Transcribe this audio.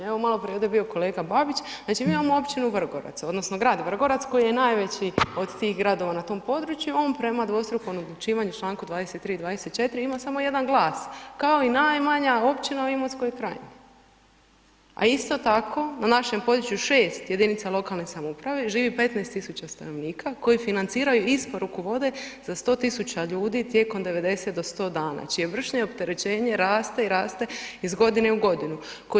Evo, maloprije je ovdje bio kolega Babić, znači, mi imamo općinu Vrgorac odnosno grad Vrgorac koji je najveći od tih gradova na tom području, on prema dvostrukom odlučivanju u čl. 23, 24. ima samo jedan glas, kao i najmanja općina u Imotskoj krajini, a isto tako na našem području 6 jedinica lokalne samouprave živi 15 tisuća stanovnika koji financiraju isporuku vode za 100 tisuća ljudi tijekom 90-100 dana, čije vršno opterećenje raste i raste iz godine u godinu.